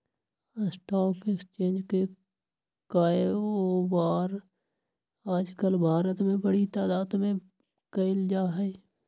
stock exchange के काएओवार आजकल भारत में बडी तादात में कइल जा हई